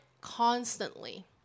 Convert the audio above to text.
constantly